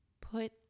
put